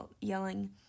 yelling